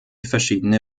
verschiedene